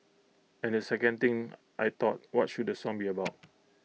and the second thing I thought what should the song be about